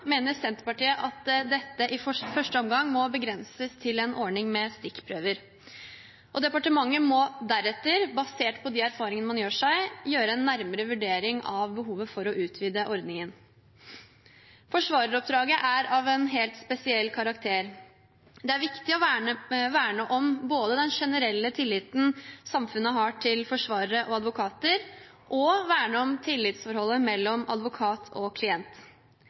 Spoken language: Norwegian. mener Senterpartiet at dette i første omgang må begrenses til en ordning med stikkprøver. Departementet må deretter, basert på de erfaringene man gjør seg, gjøre en nærmere vurdering av behovet for å utvide ordningen. Forsvareroppdraget er av en helt spesiell karakter. Det er viktig å verne om både den generelle tilliten samfunnet har til forsvarere og advokater, og tillitsforholdet mellom advokat og klient.